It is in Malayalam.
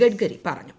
ഗഡ്കരി പറഞ്ഞു